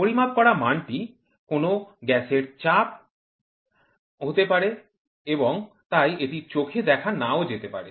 পরিমাপ করা মানটি কোনো গ্যাসের চাপ হতে পারে এবং তাই এটি চোখে দেখা নাও হতে পারে